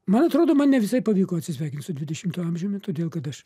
man atrodo man ne visai pavyko atsisveikint su dvidešimtu amžiumi todėl kad aš